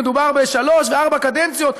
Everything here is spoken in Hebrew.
מדובר בשלוש וארבע קדנציות,